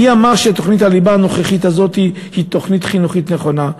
מי אמר שתוכנית הליבה הנוכחית הזאת היא תוכנית חינוכית נכונה?